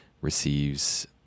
receives